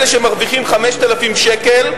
אלה שמרוויחים 5,000 שקל,